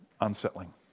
unsettling